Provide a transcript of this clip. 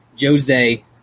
jose